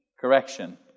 correction